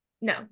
No